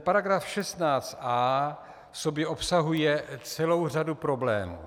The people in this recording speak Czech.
Paragraf 16a v sobě obsahuje celou řadu problémů.